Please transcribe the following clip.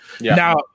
now